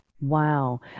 Wow